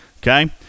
Okay